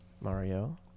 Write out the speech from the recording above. Mario